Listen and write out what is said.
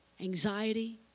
anxiety